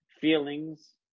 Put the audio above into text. feelings